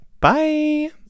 bye